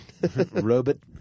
Robit